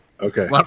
Okay